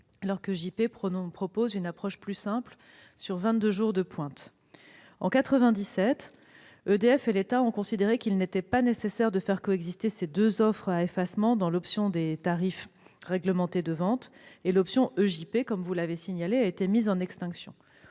alors qu'EJP propose une approche plus simple, sur vingt-deux jours de pointe. En 1997, EDF et l'État ont considéré qu'il n'était pas nécessaire de faire coexister ces deux offres à effacement dans l'option des tarifs réglementés de vente, et l'option EJP, comme vous l'avez signalé, a été mise en extinction.